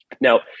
Now